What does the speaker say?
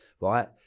right